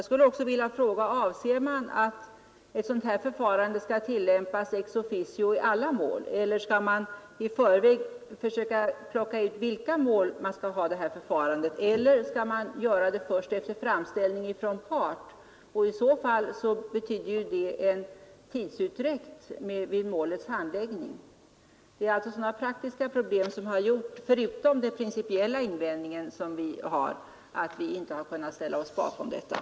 Vidare vill jag fråga om det är meningen att detta förfarande skulle tillämpas ex officio i alla mål eller om man i förväg skall försöka plocka ut de mål där man skall ha detta förfarande? Eller skall man göra det först efter framställning från en part? I så fall betyder det en tidsutdräkt Det är alltså, förutom den principiella invändning som vi har, sådana praktiska problem som har gjort att vi inte kunnat ställa oss bakom förslaget.